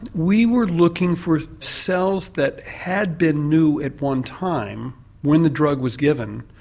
we were looking for cells that had been new at one time when the drug was given,